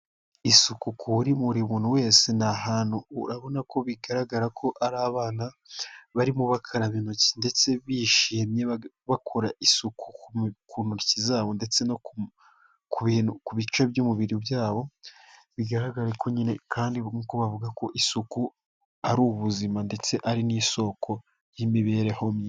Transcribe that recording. Isuku kuri buri muntu wese, ni ahantu urabona ko bigaragara ko ari abana barimo bakaraba intoki ndetse bishimye, bakora isuku ku ntoki zabo ndetse no ku bice by'umubiri byabo, bigaragare ko nyine kandi nk'uko bavuga ko isuku ari ubuzima ndetse ari n'isoko y'imibereho myiza.